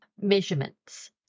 measurements